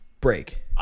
break